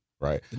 Right